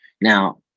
Now